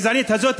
הגזענית הזאת,